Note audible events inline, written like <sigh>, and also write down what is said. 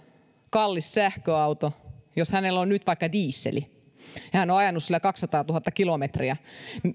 kallis sähköauto jos hänellä on nyt vaikka diesel ja hän on ajanut sillä kaksisataatuhatta kilometriä <unintelligible>